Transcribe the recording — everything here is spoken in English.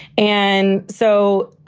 and so,